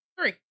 Three